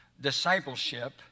discipleship